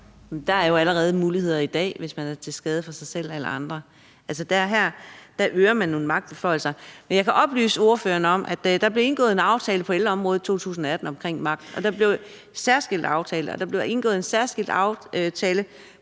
Der er jo allerede muligheder i dag, hvis man er til skade for sig selv eller andre. Altså, her øger man nogle magtbeføjelser. Jeg kan oplyse ordføreren om, at der blev indgået en aftale på ældreområdet i 2018 omkring magt, og der blev indgået en særskilt aftale